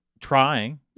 trying